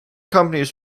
companies